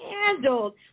handled